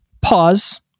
pause